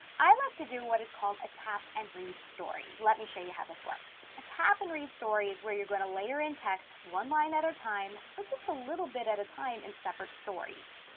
i like to do what is called a tap and read story. let me show you how this works. a tap and read story is where you're gonna layer in text, one line at a time or just a little bit at a time in separate stories.